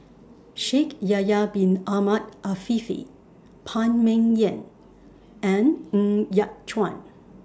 Shaikh Yahya Bin Ahmed Afifi Phan Ming Yen and Ng Yat Chuan